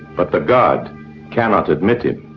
but the guard cannot admit him.